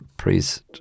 priest